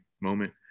moment